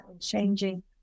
Changing